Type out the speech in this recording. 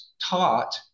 taught